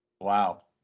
Wow